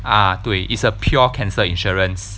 ah 对 is a pure cancer insurance